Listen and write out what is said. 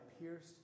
pierced